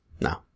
No